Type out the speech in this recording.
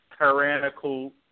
tyrannical